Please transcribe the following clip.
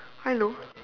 I know